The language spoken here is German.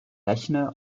rechne